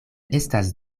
estas